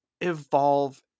evolve